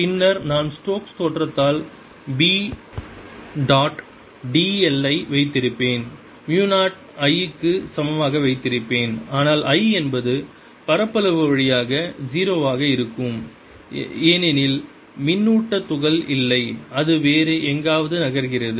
பின்னர் நான் Stokes Stokes' தேற்றத்தால் B டாட் d l ஐ வைத்திருப்பேன் மு 0 I க்கு சமமாக வைத்திருப்பேன் ஆனால் I இந்த பரப்பளவு வழியாக 0 ஆக இருக்கும் ஏனெனில் மின்னூட்ட துகள் இல்லை அது வேறு எங்காவது நகர்கிறது